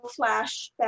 Flashback